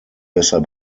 besser